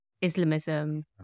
Islamism